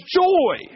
joy